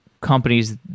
companies